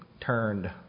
turned